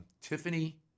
Tiffany